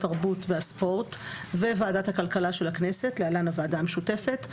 התרבות והספורט וועדת הכלכלה של הכנסת (להלן- הוועדה המשותפת),